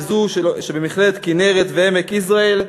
וזו שבמכללת כנרת ועמק-יזרעאל,